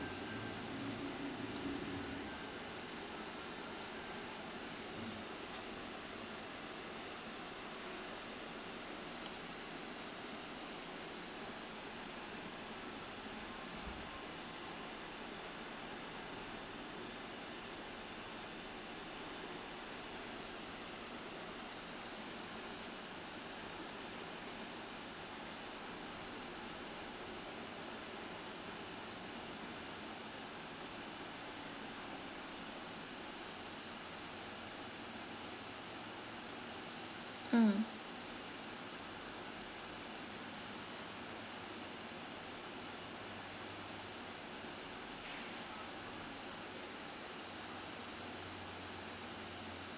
mm